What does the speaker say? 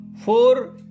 four